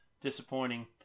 disappointing